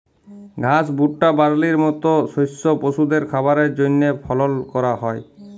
ঘাস, ভুট্টা, বার্লির মত শস্য পশুদের খাবারের জন্হে ফলল ক্যরা হ্যয়